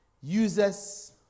users